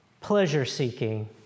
pleasure-seeking